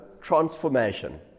transformation